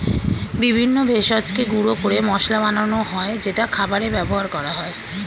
বিভিন্ন ভেষজকে গুঁড়ো করে মশলা বানানো হয় যেটা খাবারে ব্যবহার করা হয়